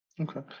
Okay